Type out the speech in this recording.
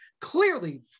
clearly